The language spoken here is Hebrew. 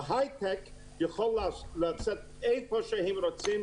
ההייטק יכול לצאת לאן שהוא רוצה,